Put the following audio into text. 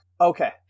Okay